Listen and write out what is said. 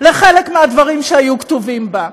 לחלק מהדברים שהיו כתובים בה.